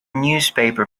newspaper